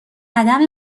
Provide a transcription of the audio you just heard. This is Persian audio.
عدم